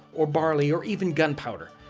or barely, or even gunpowder.